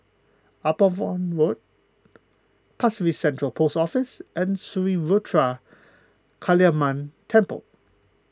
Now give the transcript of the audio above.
Upavon Road Pasir Ris Central Post Office and Sri Ruthra Kaliamman Temple